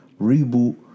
reboot